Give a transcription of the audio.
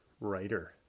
writer